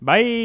Bye